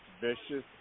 vicious